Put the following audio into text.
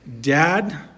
Dad